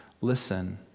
listen